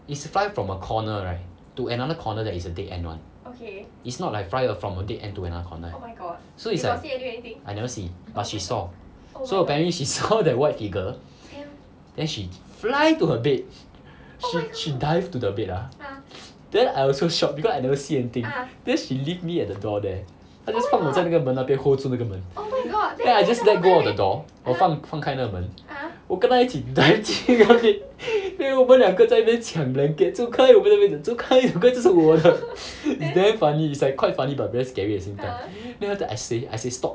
is fly from a corner right to another corner that is a dead end [one] is not like fly err from a dead end to another corner leh so is like I never see but she saw so apparently she saw that white figure then she fly to her bed she she dive to the bed ah then I also shocked because I never see anything then she leave me at the door there 她 just 放我在那个门那边 hold 住那个门 then I just let go of the door 我我放开那个门我跟她一起 dive 去那边 then 我们两个在那边抢 blanket 走开我们在那边讲走开走开这是我的 damn funny is like quite funny but very scary at the same time then after that I say I say stop